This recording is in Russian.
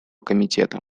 комитета